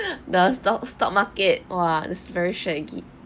the stock stock market !wah! this very